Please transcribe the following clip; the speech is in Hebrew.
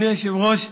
אדוני היושב-ראש,